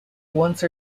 once